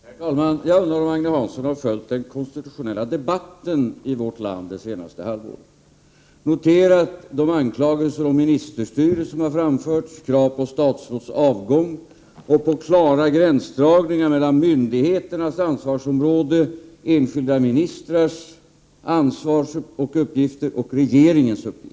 Herr talman! Jag undrar om Agne Hansson har följt den konstitutionella debatten i vårt land det senaste halvåret och har noterat de anklagelser om ministerstyre som har framförts, att man ställt krav på statsråds avgång och begärt klara gränsdragningar mellan myndigheternas ansvarsområden, enskilda ministrars ansvar och uppgifter samt regeringens uppgifter.